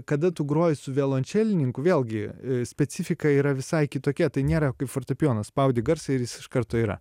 kada tu groji su violončelininku vėlgi specifika yra visai kitokia tai nėra kaip fortepijonas spaudi garsą ir jis iš karto yra